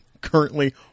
currently